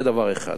זה דבר אחד.